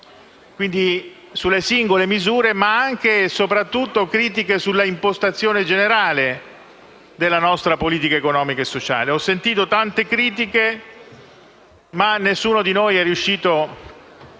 avanzate alle singole misure, ma anche e soprattutto all'impostazione generale della nostra politica economica e sociale. Ho sentito tante critiche, ma nessuno di noi è riuscito,